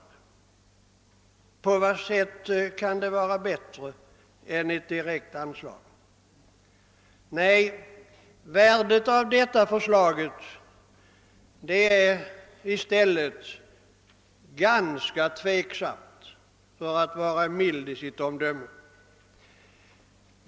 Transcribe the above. På vad sätt kan det vara bättre än ett direkt anslag? Nej, värdet av detta förslag är i stället ganska tvivelaktigt — för att vara mild i sitt omdöme.